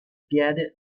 piede